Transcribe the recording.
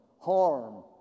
harm